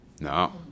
No